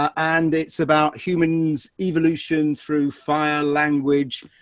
and it's about humans evolution through fire language,